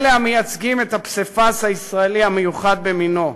אלה המייצגים את הפסיפס הישראלי המיוחד במינו,